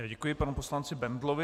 Děkuji panu poslanci Bendlovi.